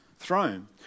throne